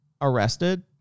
arrested